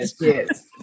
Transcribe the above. yes